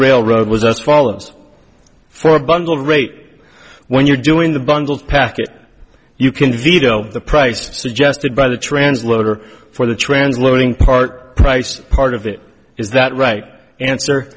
railroad was as follows for a bundle rate when you're doing the bundles packet you can veto the price suggested by the translator for the translating part price part of it is that right answer